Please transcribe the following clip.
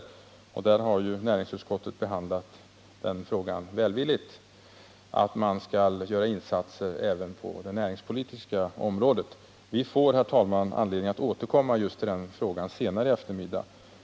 Näringsutskottet har ju också behandlat frågan välvilligt, så man är beredd att göra insatser även på det näringspolitiska området. Vi får, herr talman, anledning att återkomma till just den här frågan senare på eftermiddagen.